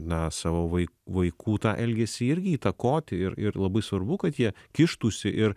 na savo vai vaikų tą elgesį irgi įtakoti ir ir labai svarbu kad jie kištųsi ir